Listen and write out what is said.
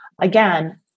again